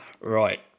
Right